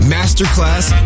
Masterclass